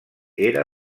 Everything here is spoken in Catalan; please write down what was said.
era